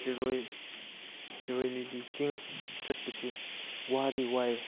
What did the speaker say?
ꯁꯤꯔꯣꯏ ꯁꯤꯔꯣꯏ ꯂꯤꯂꯤ ꯆꯤꯡ ꯆꯠꯄꯁꯤ ꯋꯥꯗꯤ ꯋꯥꯏ